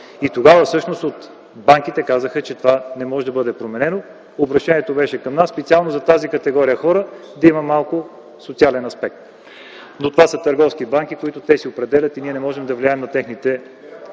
Тогава от банките казаха, че това не може да бъде променено. Обръщението беше към нас - специално за тази категория хора да има малко социален аспект. Но това са търговски банки, които си определят цените и ние не можем да им влияем.